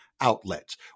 outlets